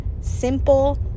simple